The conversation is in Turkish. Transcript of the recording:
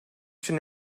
için